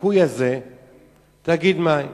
תאגיד מים,